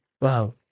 wow